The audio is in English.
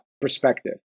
perspective